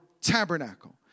tabernacle